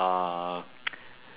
uh